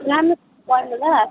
राम्रो पढ्नु ल